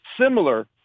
similar